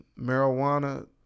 marijuana